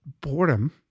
boredom